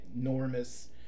enormous